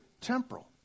temporal